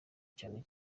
cyane